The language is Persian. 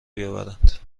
بیاورند